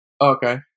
Okay